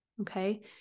okay